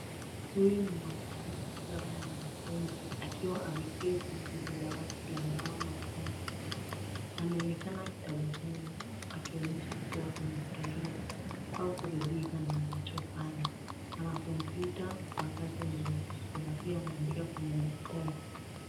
Huyu ni mwanaume labda mwanafunzi akiwa ameketi kwenye dawati la mbao. Anaonekana akitabasamu akionyesha kuwa anafurahia au kuridhika na anachofanya na kompyuta mpakato mbele yake na pia anaandika kwenye daftari.